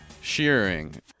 shearing